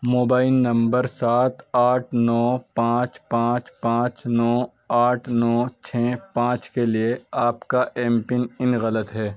mobile نمبر سات آٹھ نو پانچ پانچ پانچ نو آٹھ نو چھ پانچ کے لیے آپ کا ایم پن ان غلط ہے